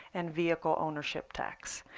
and vehicle ownership tax.